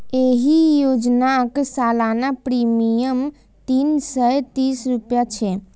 एहि योजनाक सालाना प्रीमियम तीन सय तीस रुपैया छै